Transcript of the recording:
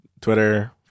Twitter